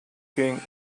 king